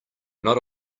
not